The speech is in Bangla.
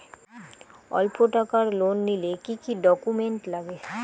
অল্প টাকার লোন নিলে কি কি ডকুমেন্ট লাগে?